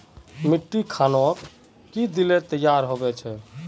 मिट्टी खानोक की दिले तैयार होबे छै?